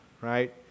right